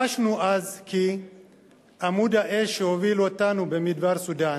חשנו אז כי עמוד האש שהוביל אותנו במדבר סודן,